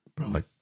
Right